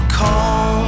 call